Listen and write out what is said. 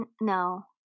No